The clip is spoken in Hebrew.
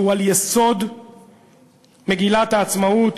שהוא על יסוד מגילת העצמאות.